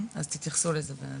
תתייחסו לזה בהמשך.